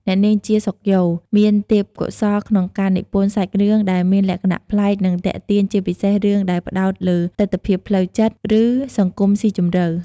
អ្នកនាង ជា សុខយ៉ូ មានទេពកោសល្យក្នុងការនិពន្ធសាច់រឿងដែលមានលក្ខណៈប្លែក និងទាក់ទាញ ជាពិសេសរឿងដែលផ្តោតលើទិដ្ឋភាពផ្លូវចិត្ត ឬសង្គមស៊ីជម្រៅ។